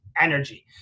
Energy